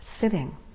sitting